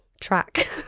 track